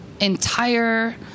entire